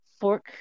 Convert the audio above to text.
fork